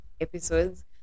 episodes